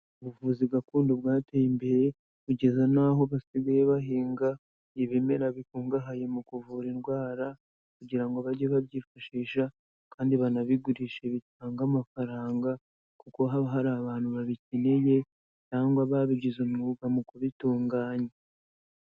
Ubuvuzi gakondo bwateye imbere, kugeza n'aho basigaye bahinga ibimera bikungahaye mu kuvura indwara kugira ngo bajye babyifashisha, kandi banabigurishe bitange amafaranga, kuko haba hari abantu babikeneye cyangwa babigize umwuga mu kubitunganya.